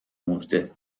مرده